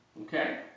Okay